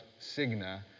Cigna